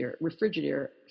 refrigerator